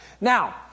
Now